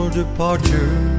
departure